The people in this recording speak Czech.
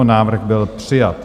Návrh byl přijat.